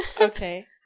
Okay